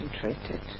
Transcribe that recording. concentrated